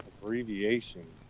Abbreviation